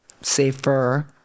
safer